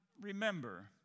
remember